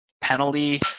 penalty